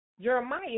Jeremiah